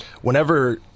Whenever